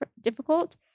difficult